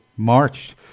marched